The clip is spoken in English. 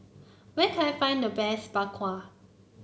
where can I find the best Bak Kwa